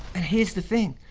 ah here's the thing.